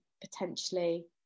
potentially